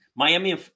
Miami